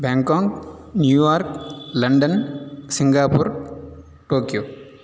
Bangkok New York London Singapore Tokyo